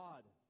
God